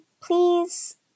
Please